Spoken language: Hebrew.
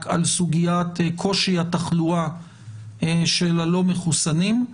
על סוגיית קושי התחלואה של הלא מחוסנים.